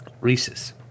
Reese's